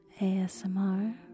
ASMR